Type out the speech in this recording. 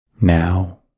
Now